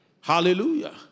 Hallelujah